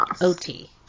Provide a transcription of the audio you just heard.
OT